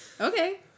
Okay